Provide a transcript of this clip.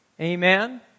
amen